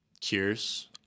cures